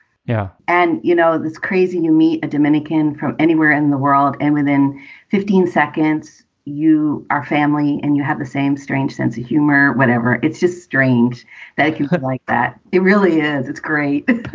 yeah. and you know, this crazy. you meet a dominican from anywhere in the world and within fifteen seconds, you are family and you have the same strange sense of humor, whatever. it's just strange that like you could like that. it really is. it's great but